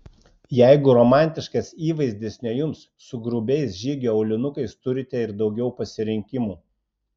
jeigu romantiškas įvaizdis ne jums su grubiais žygio aulinukais turite ir daugiau pasirinkimų